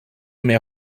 mehr